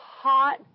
hot